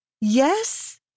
Yes